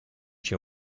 c’è